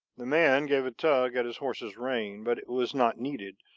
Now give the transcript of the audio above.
the man gave a tug at his horse's rein but it was not needed,